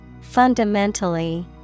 Fundamentally